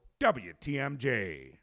WTMJ